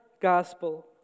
gospel